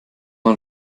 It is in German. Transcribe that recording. man